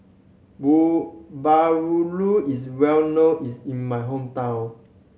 bahulu is well known is in my hometown